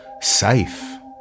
safe